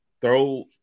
throw